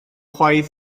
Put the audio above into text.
chwaith